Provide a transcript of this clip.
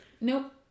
Nope